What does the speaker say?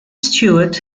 stewart